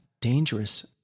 dangerous